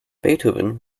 beethoven